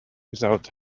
without